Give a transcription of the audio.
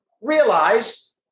realize